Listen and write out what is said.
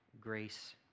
grace